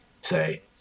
say